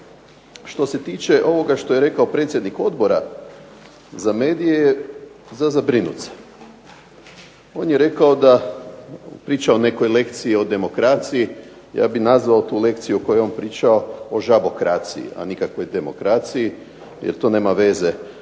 što se tiče ovoga što je rekao predsjednik Odbora za medije je za zabrinut se. On je rekao da priča o nekoj lekciji o demokraciji. Ja bih nazvao tu lekciju o kojoj je on pričao o žabokraciji, a nikakvoj demokraciji jer to nema veze